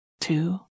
two